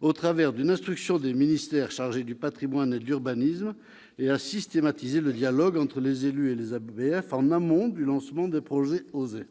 au travers d'une instruction des ministères chargés du patrimoine et de l'urbanisme et à systématiser le dialogue entre les élus et les ABF en amont du lancement des projets « OSER ».